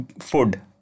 food